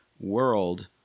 world